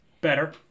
Better